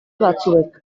batzuek